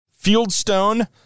Fieldstone